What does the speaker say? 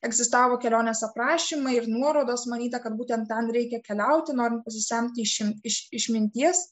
egzistavo kelionės aprašymai ir nuorodos manyta kad būtent ten reikia keliauti norint pasisemti išimti iš išminties